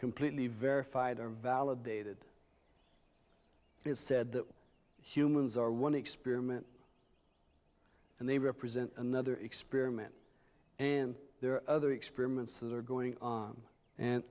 completely verified or validated it said that humans are one experiment and they represent another experiment and there are other experiments that are going on and